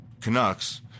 Canucks